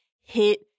hit